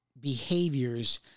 behaviors